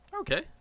okay